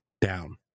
down